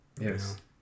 yes